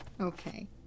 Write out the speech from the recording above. Okay